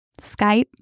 Skype